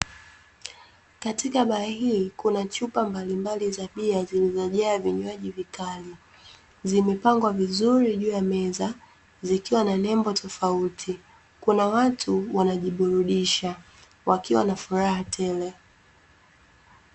Katika baa hii kuna chupa mbalimbali za bia zilizojaa vinywaji vikali. Zimepangwa vizuri juu ya meza zikiwa na nembo tofauti. Kuna watu wanajiburudisha wakiwa na furaha tele.